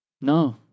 No